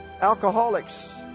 alcoholics